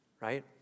right